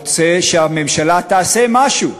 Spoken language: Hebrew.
שמראה ש-63% מהציבור הישראלי רוצים שהממשלה תעשה משהו: